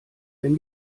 wenn